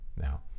Now